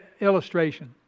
illustration